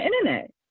internet